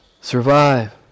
survive